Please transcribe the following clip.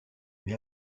mais